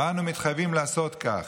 ואנו מתחייבים לעשות כך.